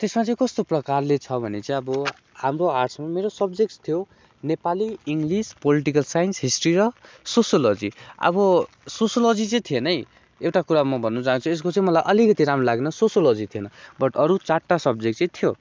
त्यसमा चाहिँ कस्तो प्रकारले छ भने चाहिँ अब हाम्रो आर्ट्समा मेरो सब्जेक्ट्स थियो Nepali English political science history र सोसोलोजी अब सोसोलोजी चाहिँ थिएन है एउटा कुरा म भन्नु चाहन्छु यसको चाहिँ मलाई अलिकति राम्रो लागेन सोसोलोजी थिएन बट अरू चारवटा सब्जेक्ट चाहिँ थियो